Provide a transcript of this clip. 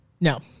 No